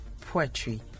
poetry